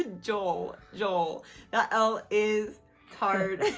ah joel, joel the l is hard.